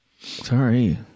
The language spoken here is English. Sorry